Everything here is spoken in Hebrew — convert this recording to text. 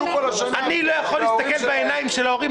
--- אני לא יכול להסתכל בעיניים של ההורים,